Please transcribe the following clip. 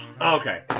Okay